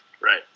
Right